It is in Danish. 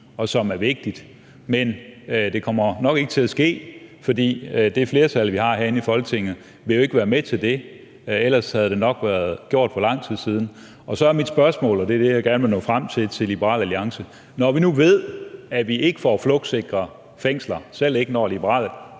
og som er vigtigt, men det kommer nok ikke til at ske, fordi det flertal, der er herinde i Folketinget, jo ikke vil være med til det, ellers havde det nok været gjort for lang tid siden. Så er mit spørgsmål til Liberal Alliance, og det er det, jeg gerne vil nå frem til: Når vi nu ved, at vi ikke får flugtsikre fængsler, selv ikke når Liberal